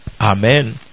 Amen